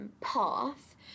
path